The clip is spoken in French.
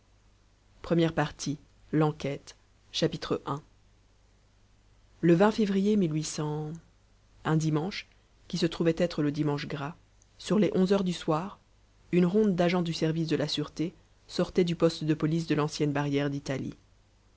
première partie l'enquête i le février un dimanche qui se trouvait être le dimanche gras sur les onze heures du soir une ronde d'agents du service de la sûreté sortait du poste de police de l'ancienne barrière d'italie